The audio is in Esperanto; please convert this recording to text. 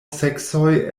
seksoj